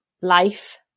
life